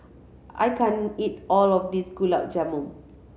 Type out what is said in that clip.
I can't eat all of this Gulab Jamun